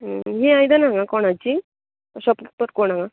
ही आयदनां हांगा कोणाची शॉपकीपर कोण हांगा